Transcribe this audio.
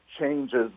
changes